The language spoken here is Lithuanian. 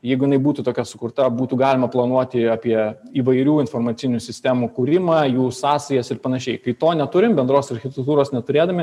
jeigu jinai būtų tokia sukurta būtų galima planuoti apie įvairių informacinių sistemų kūrimą jų sąsajas ir panašiai tai to neturim bendros architektūros neturėdami